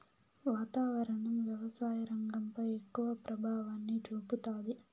వాతావరణం వ్యవసాయ రంగంపై ఎక్కువ ప్రభావాన్ని చూపుతాది